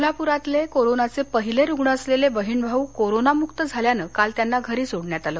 कोल्हापुरातले कोरोनाचे पहिले रुग्ण असलेले बहिण भाऊ कोरोनामुक्त झाल्यानं काल त्यांना घरी सोडण्यात आलं